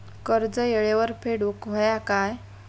कर्ज येळेवर फेडूक होया काय?